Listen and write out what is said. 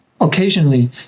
occasionally